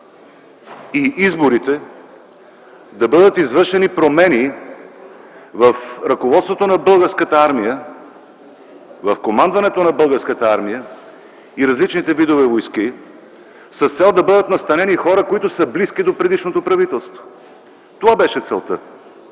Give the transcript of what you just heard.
и изборите да бъдат извършени промени в ръководството на Българската армия, в командването на Българската армия и различните видове войски с цел да бъдат настанени хора, които са близки до предишното правителство. Това беше целта.